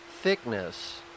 thickness